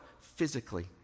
physically